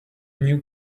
new